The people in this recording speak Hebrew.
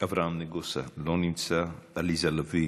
אברהם נגוסה, לא נמצא, עליזה לביא,